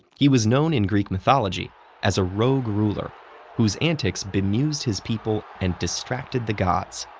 he was known in greek mythology as a rogue ruler whose antics bemused his people and distracted the gods.